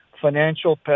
financial